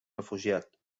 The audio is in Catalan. refugiat